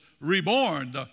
reborn